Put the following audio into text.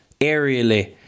Aerially